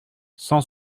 cent